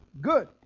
good